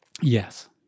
Yes